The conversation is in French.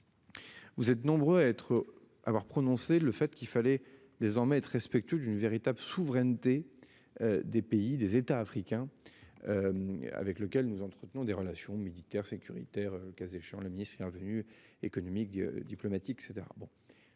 Vous êtes nombreux à être avoir prononcé le fait qu'il fallait désormais être respectueux d'une véritable souveraineté. Des pays des États africains. Avec lequel nous entretenons des relations militaires, sécuritaires, le cas échéant, le ministre est revenu économique diplomatiques et